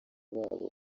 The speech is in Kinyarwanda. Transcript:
babo